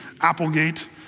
Applegate